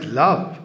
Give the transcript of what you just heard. love